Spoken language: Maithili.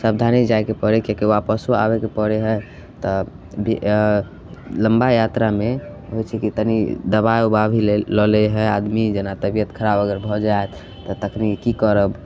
सावधानीसे जाइके पड़ै हइ किएकि आपसो आबैके पड़ै हइ तऽ बि लम्बा यात्रामे होइ छै कि तनि दवा उवा भी लेल लऽ लै हइ आदमी जेना तबिअत खराब अगर भऽ जाएत तऽ तखन कि करब